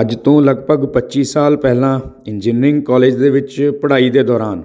ਅੱਜ ਤੋਂ ਲਗਭਗ ਪੱਚੀ ਸਾਲ ਪਹਿਲਾਂ ਇੰਜੀਨੀਅਰਿੰਗ ਕਾਲਜ ਦੇ ਵਿੱਚ ਪੜ੍ਹਾਈ ਦੇ ਦੌਰਾਨ